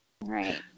Right